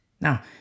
Now